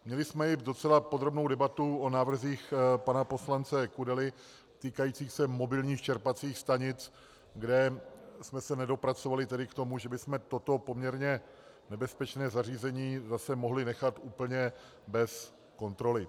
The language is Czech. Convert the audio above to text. Měli jsme i docela podrobnou debatu o návrzích pana poslance Kudely týkajících se mobilních čerpacích stanic, kde jsme se nedopracovali k tomu, že bychom toto poměrně nebezpečné zařízení zase mohli nechat úplně bez kontroly.